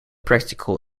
practical